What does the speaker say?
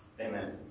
Amen